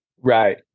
right